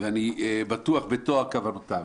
ואני בטוח בטוהר כוונותיו.